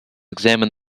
examined